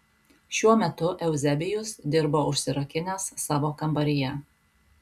šiuo metu euzebijus dirbo užsirakinęs savo kambaryje